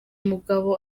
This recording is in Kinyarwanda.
mugabo